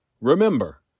Remember